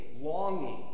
longing